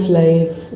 life